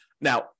now